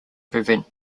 prevent